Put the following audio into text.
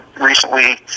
recently